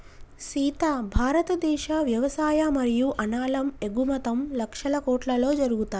సీత భారతదేశ వ్యవసాయ మరియు అనాలం ఎగుమతుం లక్షల కోట్లలో జరుగుతాయి